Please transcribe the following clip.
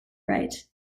right